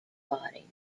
body